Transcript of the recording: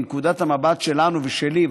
מנקודת המבט שלנו ושלי,